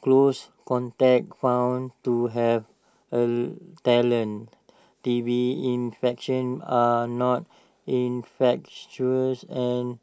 close contacts found to have latent T B infection are not infectious and